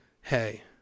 hey